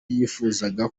yifuza